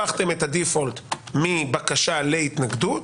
הפכתם את הדיפולט מבקשה להתנגדות.